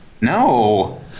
No